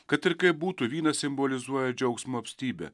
kad ir kaip būtų vynas simbolizuoja džiaugsmo apstybę